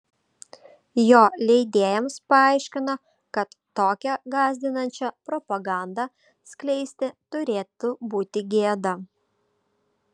jo leidėjams paaiškino kad tokią gąsdinančią propagandą skleisti turėtų būti gėda